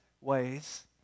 ways